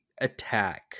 attack